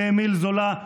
לאמיל זולא,